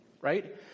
right